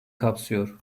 kapsıyor